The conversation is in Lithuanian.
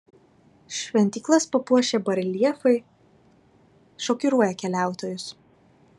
šventyklas papuošę bareljefai šokiruoja keliautojus